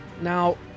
Now